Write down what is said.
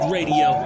Radio